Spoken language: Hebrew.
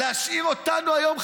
להשאיר אותנו היום,